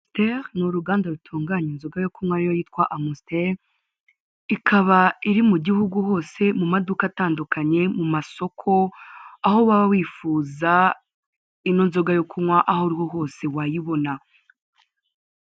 Amstel ni uruganda rutunganya inzoga yo kunywa yitwa "Amster", ikaba iri mu gihugu hose mu maduka atandukanye mu masoko, aho waba wifuza ino nzoga yo kunywa, aho ari hose wayibona.